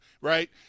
Right